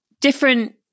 Different